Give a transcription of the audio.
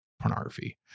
pornography